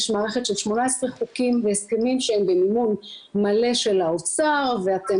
יש מערכת של 18 חוקים והסכמים שהם במימון מלא של האוצר ואתם